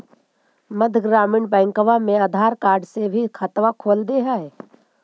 मध्य ग्रामीण बैंकवा मे आधार कार्ड से भी खतवा खोल दे है?